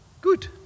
good